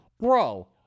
Bro